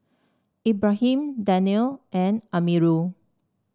Ibrahim Daniel and Amirul